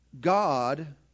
God